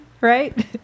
right